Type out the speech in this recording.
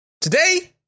Today